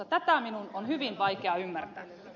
tätä minun on hyvin vaikea ymmärtää